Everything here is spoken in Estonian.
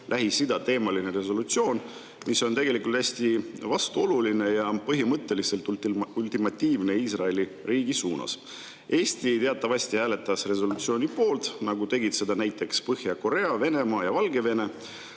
Lähis-Ida-teemaline resolutsioon, mis on tegelikult hästi vastuoluline ja põhimõtteliselt ultimatiivne Iisraeli riigi suunas. Eesti teatavasti hääletas resolutsiooni poolt, nagu tegid seda näiteks Põhja-Korea, Venemaa ja Valgevene.